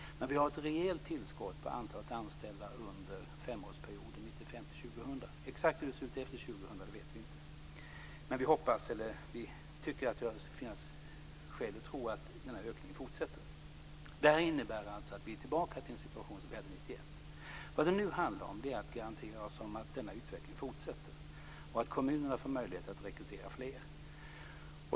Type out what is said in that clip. Men vi har ett rejält tillskott i fråga om antalet anställda under femårsperioden 1995-2000. Exakt hur det ser ut efter 2000 vet vi inte, men vi tycker att det finns skäl att tro att den här ökningen fortsätter. Det här innebär alltså att vi är tillbaka i den situation som vi hade 1991. Vad det nu handlar om är att försäkra oss om att denna utveckling fortsätter och att kommunerna får möjlighet att rekrytera fler.